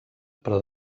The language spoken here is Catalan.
però